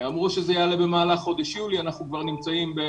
אמרו שזה יעלה במהלך חודש יולי ואנחנו כבר בעיצומו